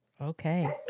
Okay